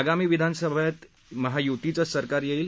आगामी विधानसभेत महायुतीचच सरकार येईल